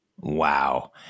Wow